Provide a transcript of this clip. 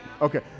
Okay